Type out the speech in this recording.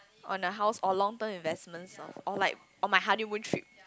on the house or long term investments or like on my honeymoon trip